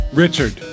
Richard